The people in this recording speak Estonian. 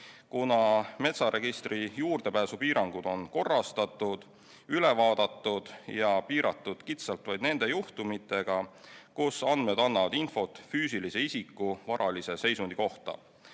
kuna metsaregistrile juurdepääsu piirangud on korrastatud, üle vaadatud ja piiratud kitsalt vaid nende juhtumitega, kus andmed annavad infot füüsilise isiku varalise seisundi kohta.